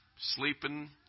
sleeping